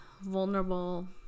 vulnerable